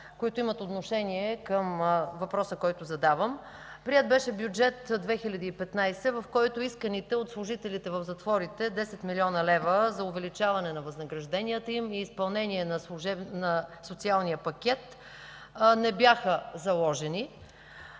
които имат отношение към въпроса, който задавам – приет беше Бюджет 2015, в който исканите от служителите в затворите 10 млн. лв. за увеличаване на възнагражденията им и изпълнение на социалния пакет, не бяха заложени,